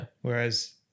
whereas